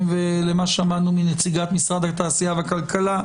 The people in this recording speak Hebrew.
ולמה ששמענו מנציגת משרד הכלכלה והתעשייה,